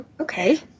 Okay